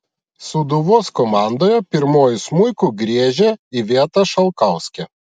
sūduvos komandoje pirmuoju smuiku griežia iveta šalkauskė